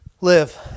Live